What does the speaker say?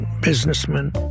businessmen